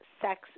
sex